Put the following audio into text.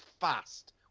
fast